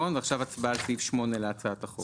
הצבעה על סעיף 8 להצעת החוק.